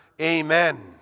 Amen